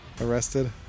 Arrested